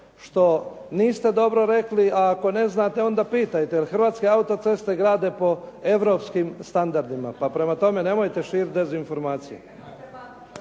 što niste dobro rekli, a ako ne znate onda pitajte, jer "Hrvatske autoceste" grade po europskim standardima. Pa prema tome nemojte širiti dezinformacije.